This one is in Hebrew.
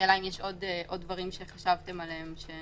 השאלה אם יש עוד דברים שחשבתם עליהם.